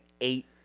eight